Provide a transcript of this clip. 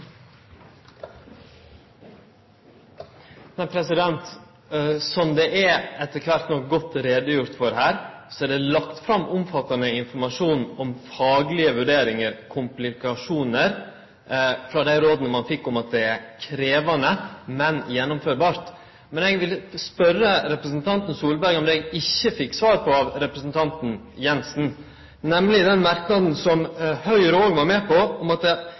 godt gjort greie for her, er det lagt fram omfattande informasjon om faglege vurderingar, komplikasjonar, og dei råda ein fekk om at det er krevjande, men gjennomførbart. Eg vil spørje representanten Solberg om det eg ikkje fekk svar på av representanten Jensen, nemlig den merknaden frå desember som Høgre òg var med på, om at